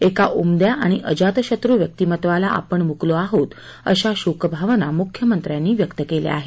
एका उमद्या आणि अजातशत्रू व्यक्तीमत्वाला आपण मुकलो आहोत अशा शोकभावना मुख्यमंत्र्यांनी व्यक्त केल्या आहेत